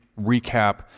recap